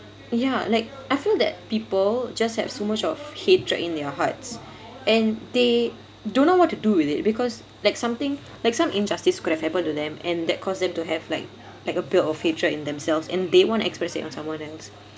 ya like I feel like people just have so much of hatred in their hearts and they don't know what to do with it because like something like some injustice could have happened to them and that caused them to have like like a build of hatred in themselves and they want to express it on someone else